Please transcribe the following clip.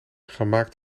gemaakt